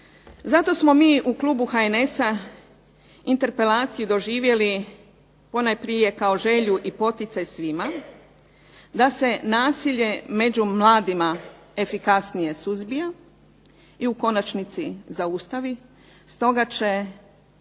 Zato smo mi u klubu HNS-a interpelaciju doživjeli ponajprije kao želju i poticaj svima da se nasilje među mladima efikasnije suzbija i u konačnici zaustavi. Stoga će